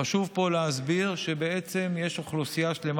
חשוב פה להסביר שבעצם יש אוכלוסייה שלמה